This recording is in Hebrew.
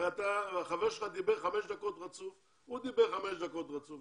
הרי החבר שלך דיבר חמש דקות רצוף והוא דיבר חמש דקות רצוף,